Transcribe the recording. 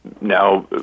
now